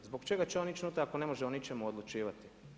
Zbog čega će oni ići … ako ne može o ničemu odlučivati?